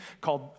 called